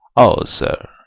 o, sir,